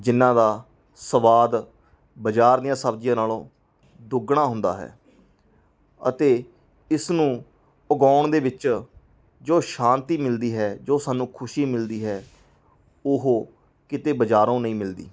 ਜਿਹਨਾਂ ਦਾ ਸਵਾਦ ਬਜ਼ਾਰ ਦੀਆਂ ਸਬਜ਼ੀਆਂ ਨਾਲੋਂ ਦੁੱਗਣਾ ਹੁੰਦਾ ਹੈ ਅਤੇ ਇਸ ਨੂੰ ਉਗਾਉਣ ਦੇ ਵਿੱਚ ਜੋ ਸ਼ਾਂਤੀ ਮਿਲਦੀ ਹੈ ਜੋ ਸਾਨੂੰ ਖੁਸ਼ੀ ਮਿਲਦੀ ਹੈ ਉਹ ਕਿਤੇ ਬਜ਼ਾਰੋਂ ਨਹੀਂ ਮਿਲਦੀ